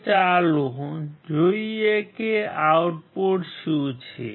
હવે ચાલો જોઈએ કે આઉટપુટ શું છે